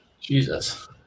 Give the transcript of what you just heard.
Jesus